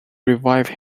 revive